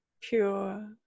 pure